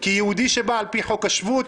כיהודי שבא על פי חוק השבות,